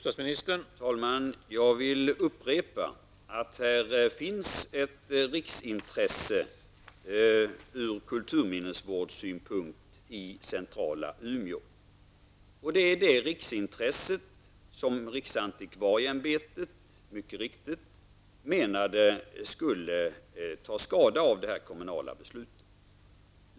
Herr talman! Jag vill upprepa att det finns ett riksintresse ur kulturminnesvårdssynpunkt i centrala Umeå. Det är helt riktigt att riksantikvarieämbetet menade att detta riksintresse skulle ta skada av detta kommunala beslut.